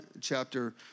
chapter